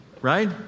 right